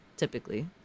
typically